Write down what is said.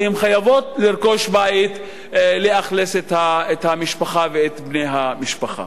והן חייבות לרכוש בית לשכן את המשפחה ואת בני המשפחה.